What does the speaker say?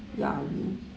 ya it'll be